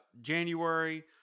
January